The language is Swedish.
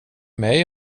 mig